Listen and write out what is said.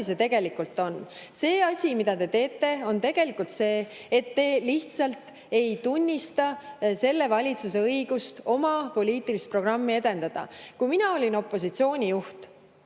see tegelikult on? See asi, mida te teete, on tegelikult see, et te lihtsalt ei tunnista selle valitsuse õigust oma poliitilist programmi edendada. Kui mina olin opositsiooni juht,